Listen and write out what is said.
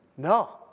No